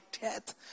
death